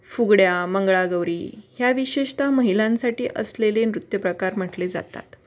फुगड्या मंगळागौरी ह्या विशेषतः महिलांसाठी असलेले नृत्यप्रकार म्हटले जातात